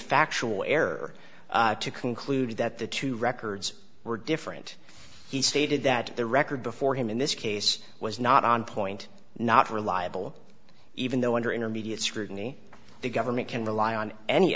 factual error to conclude that the two records were different he stated that the record before him in this case was not on point not reliable even though under intermediate scrutiny the government can rely on any